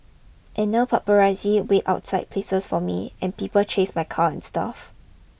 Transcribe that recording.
and now paparazzi wait outside places for me and people chase my car and stuff